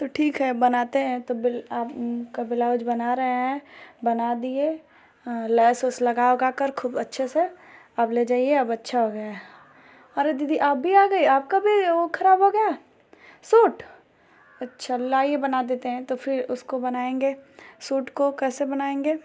तो ठीक है बनाते हैं तो बिल आपका ब्लाउज़ बना रहे हैं बना दिए लेस उस लगा उगाकर खूब अच्छे से अब ले जाइए अब अच्छा हो गया अरे दीदी आप भी आ गई आपका भी वह खराब हो गया सूट अच्छा लाइए बना देते हैं तो फिर उसको बनाएँगे सूट को कैसे बनाएँगे